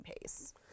pace